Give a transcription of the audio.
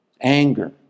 anger